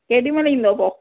केॾीमहिल ईंदव पोइ